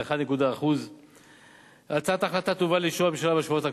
זה 1.1%. הצעת ההחלטה תובא לאישור הממשלה בשבועות הקרובים.